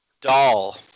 Doll